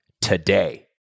today